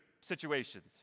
situations